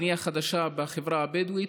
בנייה חדשה בחברה הבדואית,